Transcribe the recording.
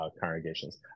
congregations